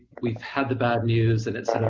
we've had the bad news, and it sort of,